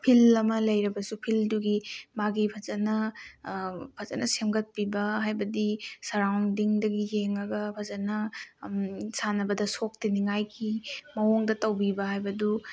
feel ꯑꯃ ꯂꯩꯔꯕꯁꯨ ꯐꯤꯜꯗꯨꯒꯤ ꯃꯥꯒꯤ ꯐꯖꯅ ꯐꯖꯅ ꯁꯦꯝꯒꯠꯄꯤꯕ ꯍꯥꯏꯕꯗꯤ ꯁꯔꯥꯎꯗꯤꯡꯗꯒꯤ ꯌꯦꯡꯉꯒ ꯐꯖꯅ ꯁꯥꯟꯅꯕꯗ ꯁꯣꯛꯇꯅꯤꯡꯉꯥꯏꯒꯤ ꯃꯑꯣꯡꯗ ꯇꯧꯕꯤꯕ ꯍꯥꯏꯕꯗꯨ